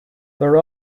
there